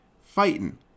fighting